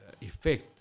effect